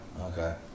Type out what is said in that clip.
Okay